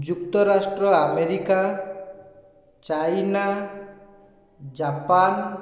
ଯୁକ୍ତରାଷ୍ଟ୍ର America China Japan